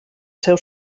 seu